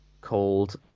called